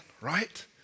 right